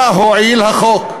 מה הועיל החוק?